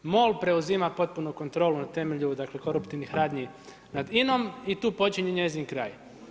MOL preuzima potpunu kontrolu na temelju dakle koruptivnih radnji nad INA-om i tu počinje njezin kraj.